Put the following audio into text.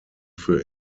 für